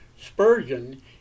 Spurgeon